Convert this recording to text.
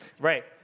right